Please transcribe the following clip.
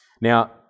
Now